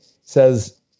says